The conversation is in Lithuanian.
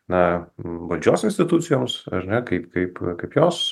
na valdžios institucijoms ar ne kaip kaip kaip jos